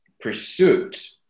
pursuit